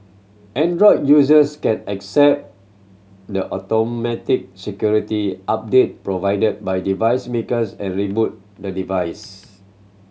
android users can accept the automatic security update provided by device makers and reboot the device